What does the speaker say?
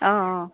অঁ অঁ